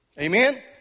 Amen